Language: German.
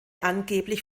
angeblich